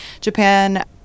Japan